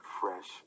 fresh